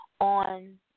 On